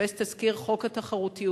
לחפש תזכיר חוק התחרותית,